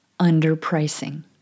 Underpricing